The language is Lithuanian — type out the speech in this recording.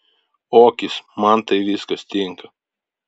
okis man tai viskas tinka